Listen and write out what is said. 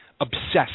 obsessed